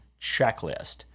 checklist